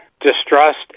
distrust